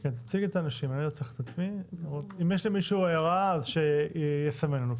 אם יש למישהו הערות, שיסמן לנו.